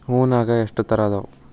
ಹೂನ್ಯಾಗ ಎಷ್ಟ ತರಾ ಅದಾವ್?